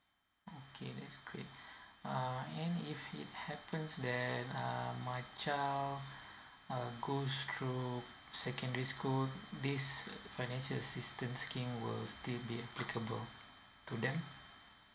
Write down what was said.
okay that's great uh any if it happens then uh my child uh goes through secondary school this financial assistance scheme will still be applicable to them